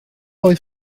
oedd